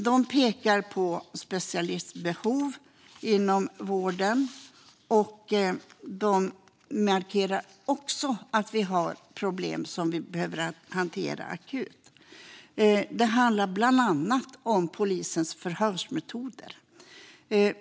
Man pekar på specialistbehov inom vården och markerar också att vi har problem som behöver hanteras akut. Det handlar bland annat om polisens förhörsmetoder.